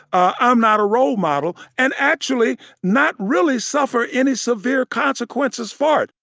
i'm not a role model, and actually not really suffer any severe consequences for it